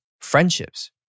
Friendships